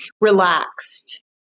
relaxed